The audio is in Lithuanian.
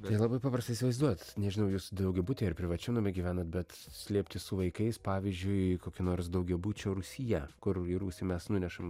tai labai paprasta įsivaizduot nežinau jūs daugiabutyje ar privačiam name gyvenat bet slėptis su vaikais pavyzdžiui kokio nors daugiabučio rūsyje kur į rūsį mes nunešam